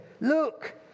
Look